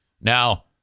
Now